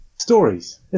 Stories